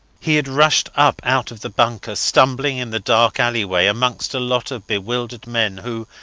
he had rushed up out of the bunker, stumbling in the dark alleyway amongst a lot of bewildered men who,